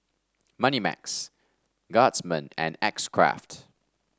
Moneymax Guardsman and X Craft